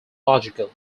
logical